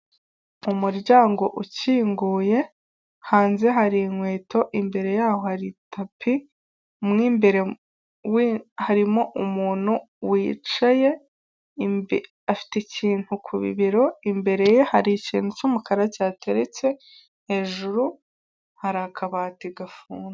Umuryango ukinguye hanze hari inkweto imbere yaho hari tapi, mu imbere we harimo umuntu wicaye afite ikintu ku bibero, imbere ye hari ikintu cy'umukara kihateretse, hejuru hari akabati gafunze.